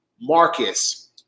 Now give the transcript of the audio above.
Marcus